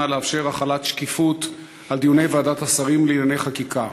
לאפשר החלת שקיפות על דיוני ועדת השרים לענייני חקיקה.